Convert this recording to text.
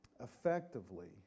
Effectively